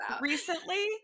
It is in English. recently